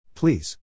Please